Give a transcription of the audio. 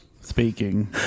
speaking